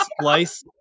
Splice